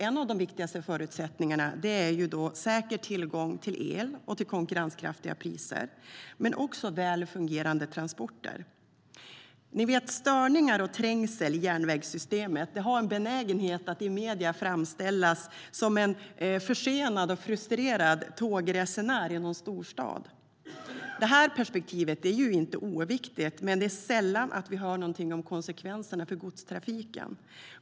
En av de viktigaste förutsättningarna är därför säker tillgång till el till konkurrenskraftiga priser. En annan viktig aspekt är fungerande transporter. Störningar och trängsel i järnvägssystemet illustrerar man i medierna ofta med en försenad och frustrerad tågresenär i någon storstad. Det här perspektivet är inte oviktigt, men det är sällan vi hör något om konsekvenserna för godstrafiken.